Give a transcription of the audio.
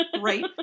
Right